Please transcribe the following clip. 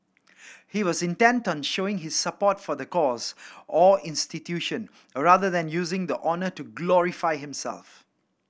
he was intent on showing his support for the cause or institution rather than using the honour to glorify himself